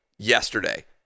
Yesterday